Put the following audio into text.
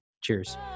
Cheers